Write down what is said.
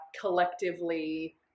collectively